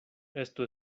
esto